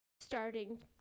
Starting